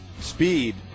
speed